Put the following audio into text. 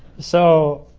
so,